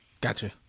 Gotcha